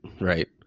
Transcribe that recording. right